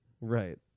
Right